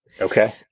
Okay